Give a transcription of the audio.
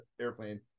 airplane